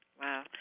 Wow